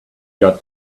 got